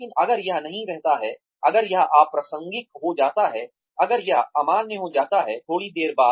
लेकिन अगर यह नहीं रहता है अगर यह अप्रासंगिक हो जाता है अगर यह अमान्य हो जाता है थोड़ी देर बाद